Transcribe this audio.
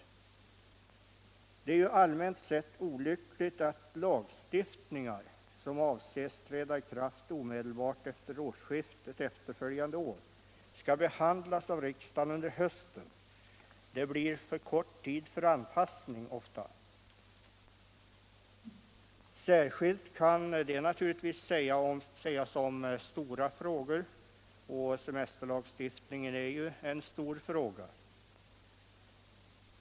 Men det är allmänt sett olyckligt att lagförslag, som avses träda i kraft omedelbart efter kommande årsskifte, skall behandlas av riksdagen under hösten. Det blir ofta för kort tid för anpassning. Särskilt kan detta naturligtvis sägas om stora frågor, och semesterlagstiftningen är ju en stor fråga.